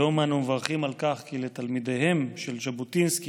היום אנו מברכים על כי לתלמידיהם של ז'בוטינסקי,